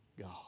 God